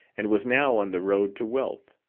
and was now on the road to wealth.